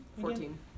Fourteen